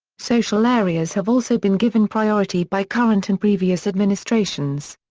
social areas have also been given priority by current and previous administrations.